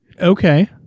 Okay